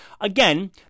again